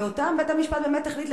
ואותם בית-המשפט החליט,